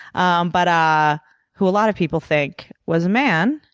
um but who a lot of people think was a man,